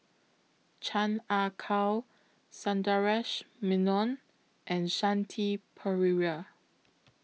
Chan Ah Kow Sundaresh Menon and Shanti Pereira